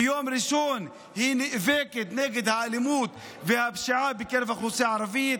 ביום ראשון היא נאבקת באלימות ובפשיעה בקרב האוכלוסייה הערבית.